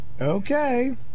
Okay